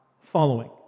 following